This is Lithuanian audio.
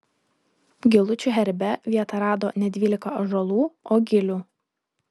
gilučių herbe vietą rado ne dvylika ąžuolų o gilių